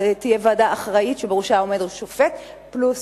ועדה אחראית שבראשה עומד שופט פלוס